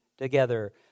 together